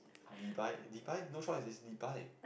Li-Bai Li-Bai who shot is Li-Bai